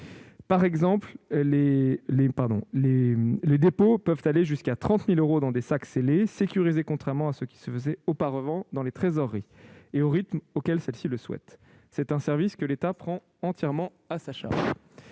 Par exemple, les dépôts peuvent aller jusqu'à 30 000 euros dans des sacs scellés et sécurisés, contrairement à ce qui se faisait auparavant dans les trésoreries, et ils peuvent être effectués au rythme auquel celles-ci le souhaitent. C'est un service que l'État prend entièrement à sa charge.